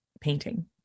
painting